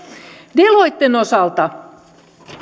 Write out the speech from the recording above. deloitten osalta